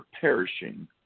perishing